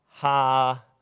Ha